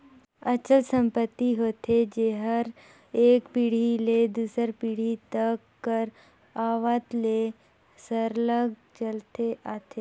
अचल संपत्ति होथे जेहर एक पीढ़ी ले दूसर पीढ़ी तक कर आवत ले सरलग चलते आथे